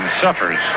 suffers